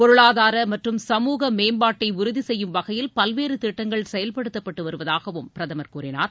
பொருளாதார மற்றும் சமூக மேம்பாட்டை உறுதி செய்யும் வகையில் பல்வேறு திட்டங்கள் செயல்படுத்தப்பட்டு வருவதாகவும் பிரதமர் கூறினார்